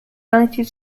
united